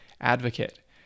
advocate